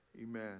amen